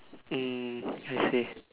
hmm I see